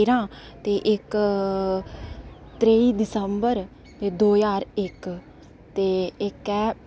तेरां ते इक त्रेई दिसंबर दो ज्हार इक ते इक ऐ